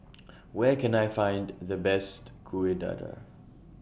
Where Can I Find The Best Kuih Dadar